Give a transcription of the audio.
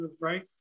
right